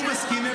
הוא מסכים,